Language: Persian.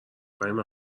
فهیمه